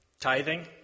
tithing